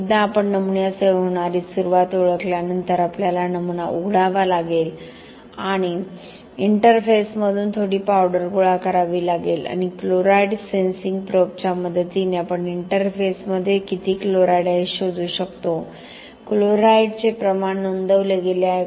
एकदा आपण नमुन्यासह होणारी सुरुवात ओळखल्यानंतर आपल्याला नमुना उघडावा लागेल आणि इंटरफेसमधून थोडी पावडर गोळा करावी लागेल आणि क्लोराईड सेन्सिंग प्रोबच्या मदतीने आपण इंटरफेसमध्ये किती क्लोराईड आहे हे शोधू शकतो क्लोराईडचे हे प्रमाण नोंदवले गेले आहे